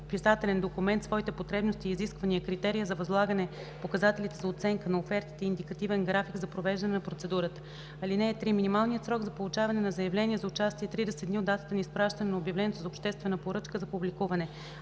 описателен документ своите потребности и изисквания, критерия за възлагане, показателите за оценка на офертите и индикативен график за провеждане на процедурата. (3) Минималният срок за получаване на заявления за участие е 30 дни от датата на изпращане на обявлението за обществена поръчка за публикуване.